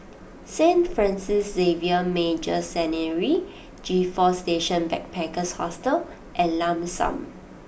Saint Francis Xavier Major Seminary G Four Station Backpackers Hostel and Lam San